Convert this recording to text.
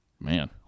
Man